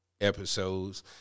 episodes